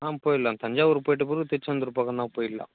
ஆ போயிடலாம் தஞ்சாவூர் போய்விட்ட பிறகு திருச்செந்தூர் பக்கம்தான் போயிடலாம்